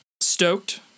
stoked